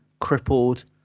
crippled